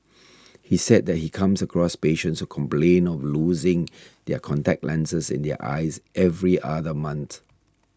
he said that he comes across patients complain of losing their contact lenses in their eyes every other month